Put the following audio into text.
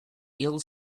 ill